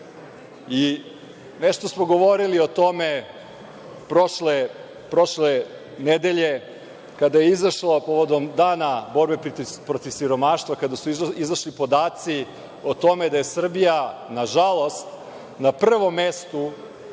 Nešto smo govorili o tome prošle nedelje kada je izašlo povodom Dana borbe protiv siromaštva, kada su izašli podaci da je Srbija, na žalost, na prvom mestu